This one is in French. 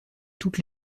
toutes